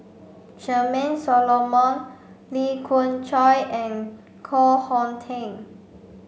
Charmaine Solomon Lee Khoon Choy and Koh Hong Teng